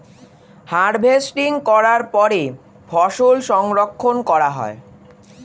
harvesting করার পরে ফসল সংরক্ষণ করা হয়